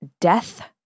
death-